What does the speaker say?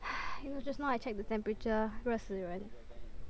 !hais! you know just now I check the temperature 热死人